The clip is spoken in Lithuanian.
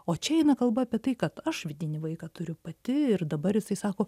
o čia eina kalba apie tai kad aš vidinį vaiką turiu pati ir dabar jisai sako